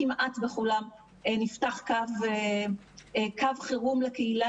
כמעט בכולם נפתח קו חירום לקהילה,